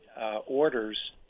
orders